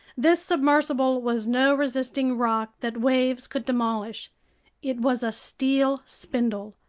this submersible was no resisting rock that waves could demolish it was a steel spindle,